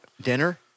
dinner